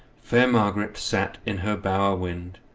fair margaret sat in her bower-wind